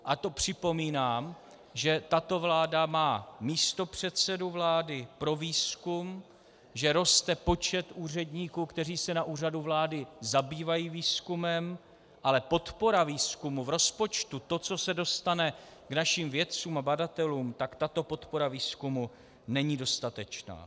A to připomínám, že tato vláda má místopředsedu vlády pro výzkum, že roste počet úředníků, kteří se na Úřadu vlády zabývají výzkumem, ale podpora výzkumu v rozpočtu, to, co se dostane k našim vědcům a badatelům, tak tato podpora výzkumu není dostatečná.